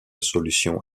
solution